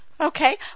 okay